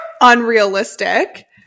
unrealistic